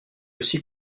aussi